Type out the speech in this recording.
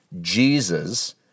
Jesus